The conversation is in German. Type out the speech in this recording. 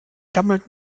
gammelt